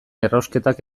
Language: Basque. errausketak